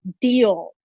deal